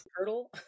Turtle